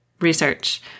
research